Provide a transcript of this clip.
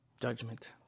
judgment